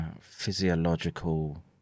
physiological